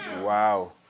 Wow